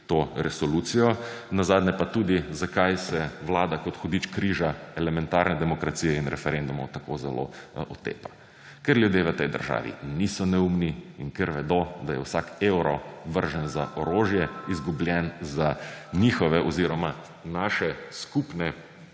to resolucijo. Nazadnje pa tudi, zakaj se Vlada kot hudič križa elementarne demokraciji in referendumov tako zelo otepa, ker ljudje v tej državi niso neumni in ker vedo, da je vsak evro vržen za orožje, izgubljen za njihove oziroma naše skupne